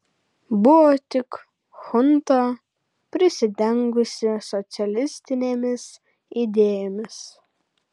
buvo tik chunta prisidengusi socialistinėmis idėjomis